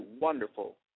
wonderful